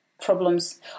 problems